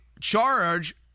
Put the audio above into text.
charge